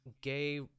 gay